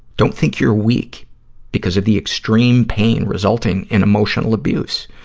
don't think you're weak because of the extreme pain resulting in emotional abuse.